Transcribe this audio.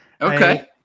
okay